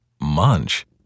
munch